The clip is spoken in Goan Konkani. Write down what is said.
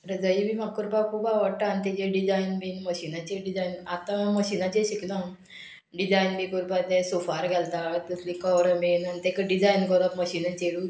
रजाई बी म्हाका करपाक खूब आवडटा आनी तेजेर डिजायन बीन मशिनाचेर डिजायन आतां मशिनाचेर शिकलो हांव डिजायन बी करपा तें सोफार घालता तसली कवर बीन आनी ताका डिजायन करोप मशिनाचेरूच